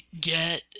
get